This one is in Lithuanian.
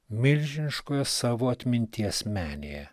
milžiniškoje savo atminties menėje